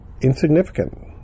insignificant